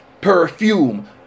perfume